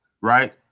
right